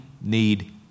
need